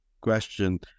question